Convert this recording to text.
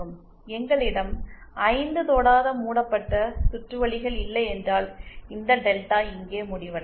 எங்களிடம் 5 தொடாத மூடப்பட்ட சுற்று வழிகள் இல்லையென்றால் இந்த டெல்டா இங்கே முடிவடையும்